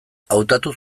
hautatu